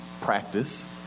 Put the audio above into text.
practice